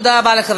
אוקיי.